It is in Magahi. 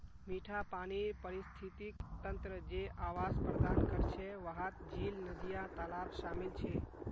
मिठा पानीर पारिस्थितिक तंत्र जे आवास प्रदान करछे वहात झील, नदिया, तालाब शामिल छे